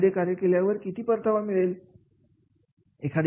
एखादे कार्य केल्यानंतर किती परतावा मिळेल